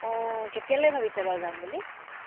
অঁ কেতিয়ালে ভাবিছে বাৰু যাম বুলি